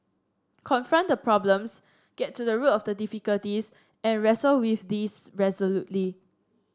confront the problems get to the root of the difficulties and wrestle with these resolutely